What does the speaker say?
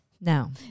Now